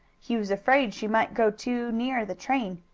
he was afraid she might go too near the train.